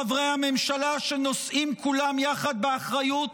חברי הממשלה שנושאים כולם יחד באחריות,